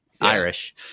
Irish